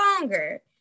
longer